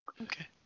Okay